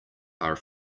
are